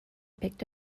picked